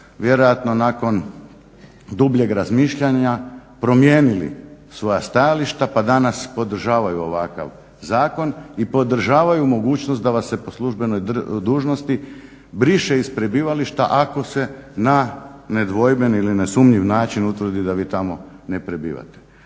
vjerojatno nakon dubljeg razmišljanja promijenili svoja stajališta pa danas podržavaju ovakav zakon i podržavaju mogućnost da vas se po službenoj dužnosti briše iz prebivališta ako se na nedvojben ili nesumnjiv način utvrdi da vi tamo ne prebivate.